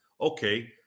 okay